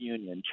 Union